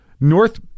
north